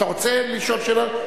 אתה רוצה לשאול שאלה?